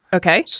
ok?